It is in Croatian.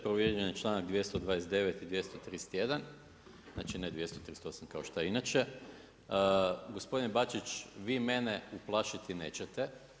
Povrijeđen je članak 229. i 231. znači ne 238. kao što je inače, gospodin Bačić vi mene uplašiti nećete.